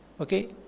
Okay